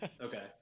Okay